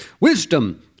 Wisdom